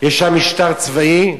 יש שם משטר צבאי,